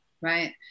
Right